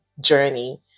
journey